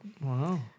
Wow